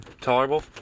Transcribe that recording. tolerable